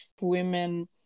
women